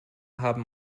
haben